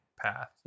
path